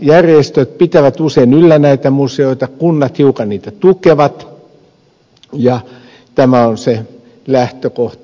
kansalaisjärjestöt pitävät usein yllä näitä museoita kunnat hiukan niitä tukevat ja tämä on se lähtökohta